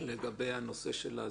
לגבי הנושא של ההסדרה,